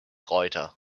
reuter